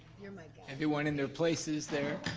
yeah like everyone in their places there.